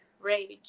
rage